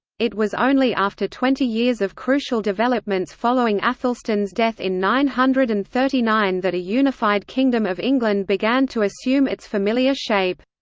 it was only after twenty years of crucial developments following aethelstan's death in nine hundred and thirty nine that a unified kingdom of england began to assume its familiar shape.